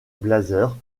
blazers